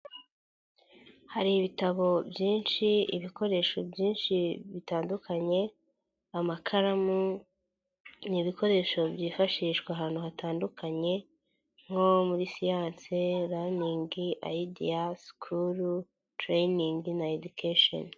Hari ibitabo byinshi, ibikoresho byinshi bitandukanye, amakaramu n' ibikoresho byifashishwa. Ahantu hatandukanye nko muri siyanse.